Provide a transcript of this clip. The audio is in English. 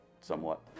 somewhat